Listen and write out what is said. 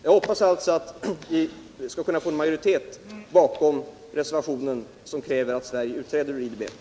Jag hoppas alltså att vi skall få majoritet för reservationen, i vilken krävs att Sverige skall utträda ur IDB.